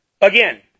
Again